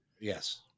Yes